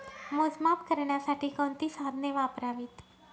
मोजमाप करण्यासाठी कोणती साधने वापरावीत?